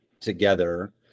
together